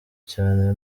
cyane